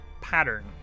pattern